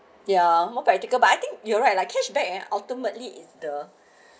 ya more practical but I think you're right like cashback and ultimately is the